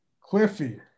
Cliffy